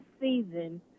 season